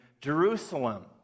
Jerusalem